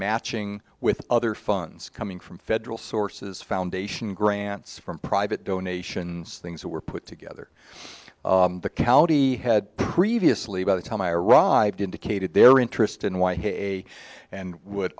matching with other funds coming from federal sources foundation grants from private donations things that were put together the county had previously by the time i arrived indicated their interest in way and would